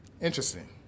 Interesting